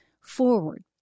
forward